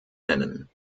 nennen